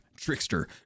Trickster